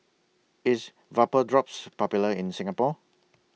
IS Vapodrops Popular in Singapore